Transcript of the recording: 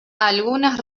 algunas